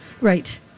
Right